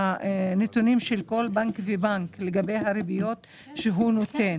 נתונים של כל בנק ובנק לגבי הריביות שהוא נותן?